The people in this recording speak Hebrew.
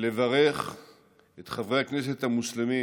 ולברך את חברי הכנסת המוסלמים